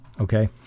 okay